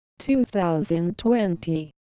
2020